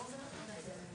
ולא לטפל בה בצורה אזרחית,